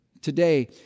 today